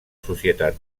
societat